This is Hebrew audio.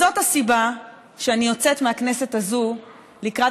זאת הסיבה שאני יוצאת מהכנסת הזאת לקראת